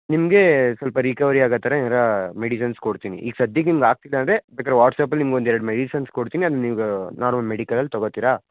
ನಿಮಗೆ ಸ್ವಲ್ಪ ರೀಕವರಿ ಆಗೊ ಥರ ಏನಾರೂ ಮೆಡಿಷನ್ಸ್ ಕೊಡ್ತೀನಿ ಈಗ ಸದ್ಯಕ್ಕೆ ನಿಮ್ಗೆ ಆಗ್ತಿಲ್ಲ ಅಂದರೆ ಬೇಕಾದರೆ ವಾಟ್ಸ್ಆ್ಯಪ್ ಅಲ್ಲಿ ನಿಮ್ಗೆ ಒಂದೆರಡು ಮೆಡಿಷನ್ಸ್ ಕೊಡ್ತೀನಿ ಅದು ನಿಮ್ಗೆ ನಾರ್ಮಲ್ ಮೆಡಿಕಲಲ್ಲಿ ತಗೊತಿರಾ